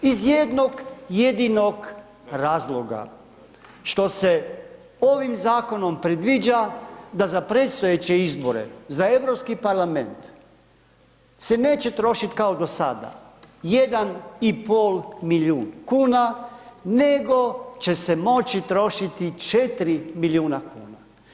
Iz jednog jedinog razloga što se ovim zakonom predviđa da za predstojeće izbore za EU parlament se neće trošiti kao do sada, 1,5 milijun kuna, nego će se moći trošiti 4 milijuna kuna.